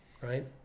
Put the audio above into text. right